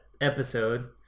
episode